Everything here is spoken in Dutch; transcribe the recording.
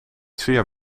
zeer